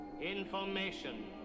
Information